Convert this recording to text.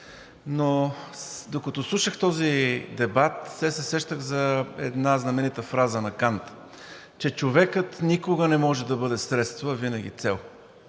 но докато слушах този дебат, все се сещах за една знаменита фраза на Кант, че човекът никога не може да бъде средство, а винаги е цел.